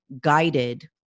guided